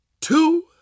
two